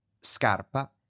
Scarpa